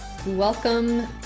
Welcome